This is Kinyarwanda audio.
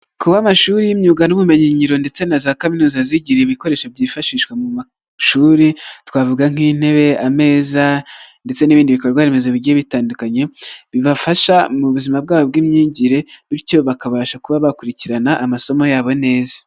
Kuba amashuri y'imyuga n'ubumenyingiro ndetse na za kaminuza zigira ibikoresho byifashishwa mu mashuri twavuga nk'intebe, ameza ndetse n'ibindi bikorwaremezo bigiye bitandukanye bibafasha mu buzima bwabo bw'imyigire bityo bakabasha kuba bakurikirana amasomo yabo neza.